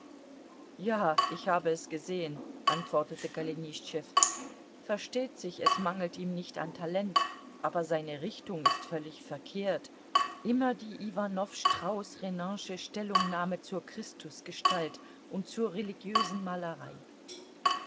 ja ich habe es gesehen antwortete golenischtschew versteht sich es mangelt ihm nicht an talent aber seine richtung ist völlig verkehrt immer die iwanow strauß renansche stellungnahme zur christusgestalt und zur religiösen malerei